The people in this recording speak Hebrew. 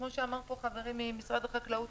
כמו שאמר פה חברי ממשרד החקלאות,